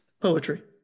poetry